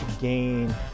gain